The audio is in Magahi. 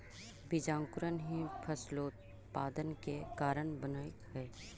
बीजांकुरण ही फसलोत्पादन के कारण बनऽ हइ